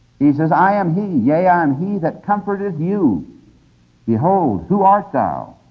he says, i am he, yea, i am he that comforteth you behold, who art thou,